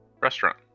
restaurant